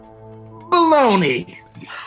Baloney